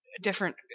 different